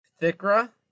Thickra